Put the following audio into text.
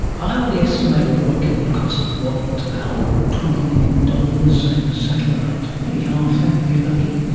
i would estimate a rocket would cost, what, about twenty million dollars, and a satellite, maybe half that if you're lucky.